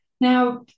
Now